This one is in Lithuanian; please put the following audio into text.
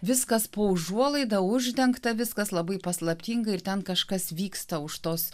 viskas po užuolaida uždengta viskas labai paslaptinga ir ten kažkas vyksta už tos